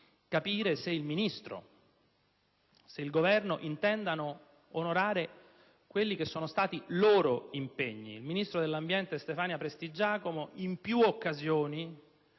capire se il Ministro e il Governo intendono onorare i loro impegni. Il ministro dell'ambiente Stefania Prestigiacomo, in più occasioni,